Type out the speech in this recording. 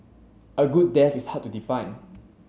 a good death is hard to define